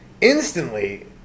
instantly